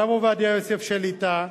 הרב עובדיה יוסף שליט"א,